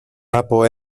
από